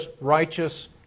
righteous